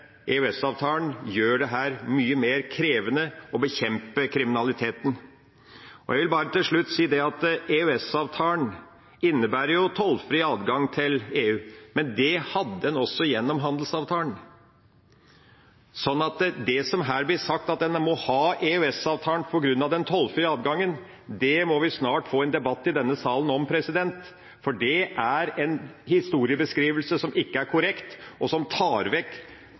gjør det her mye mer krevende å bekjempe kriminaliteten. Jeg vil bare til slutt si at EØS-avtalen innebærer tollfri adgang til EU. Men det hadde en også gjennom handelsavtalen. Så det som her blir sagt om at en må ha EØS-avtalen på grunn av den tollfrie adgangen, må vi snart få en debatt om i denne sal, for det er en historiebeskrivelse som ikke er korrekt, og som tar vekk